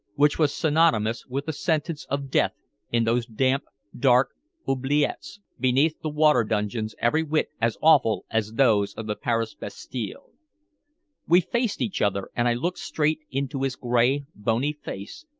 which was synonymous with a sentence of death in those damp, dark oubliettes beneath the water-dungeons every whit as awful as those of the paris bastile. we faced each other, and i looked straight into his gray, bony face,